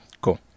cool